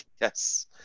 Yes